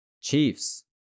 Chiefs